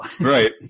Right